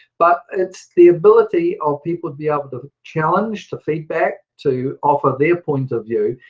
but it's the ability of people to be able to challenge, to feedback, to offer their point of view,